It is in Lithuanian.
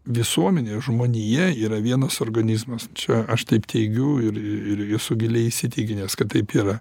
visuomenė žmonija yra vienas organizmas čia aš taip teigiu ir ir esu giliai įsitikinęs kad taip yra